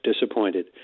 disappointed